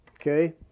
okay